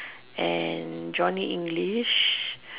and Johnny English